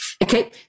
Okay